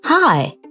Hi